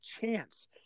chance